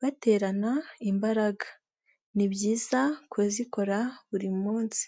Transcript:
baterana imbaraga ni byiza kuzikora buri munsi.